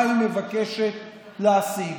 מה היא מבקשת להשיג,